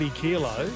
kilo